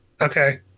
Okay